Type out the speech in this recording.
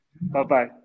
Bye-bye